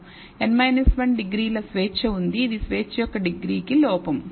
n 1 డిగ్రీల స్వేచ్ఛ ఉంది ఇది స్వేచ్ఛ యొక్క డిగ్రీకి లోపం